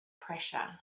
pressure